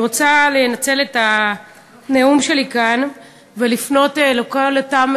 אני רוצה לנצל את הנאום שלי כאן ולפנות לכל אותן